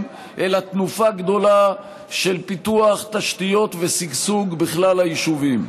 אלא תנופה גדולה של פיתוח תשתיות ושגשוג בכלל היישובים.